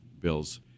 bills